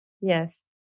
Yes